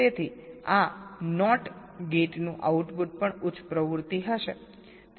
તેથી આ NOT ગેટનું આઉટપુટ પણ ઉચ્ચ પ્રવૃત્તિ હશે